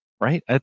Right